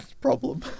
problem